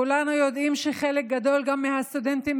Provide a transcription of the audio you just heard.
כולנו יודעים שחלק גדול מהסטודנטים,